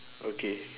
okay